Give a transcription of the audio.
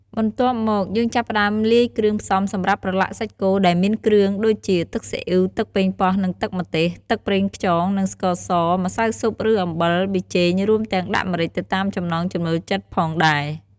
បន្ទាប់មក យើងចាប់ផ្តើមលាយគ្រឿងផ្សំសម្រាប់ប្រឡាក់សាច់គោ ដែលមានគ្រឿងដូចជា ទឹកស៊ីអ៉ីវ ទឹកប៉េងប៉ោះនិងទឹកម្ទេស ទឹកប្រេងខ្យងនិងស្ករស ម្សៅស៊ុបឬអំបិល ប៊ីចេង រួមទាំងដាក់ម្រេចទៅតាមចំណង់ចំណូលចិត្តផងដែរ។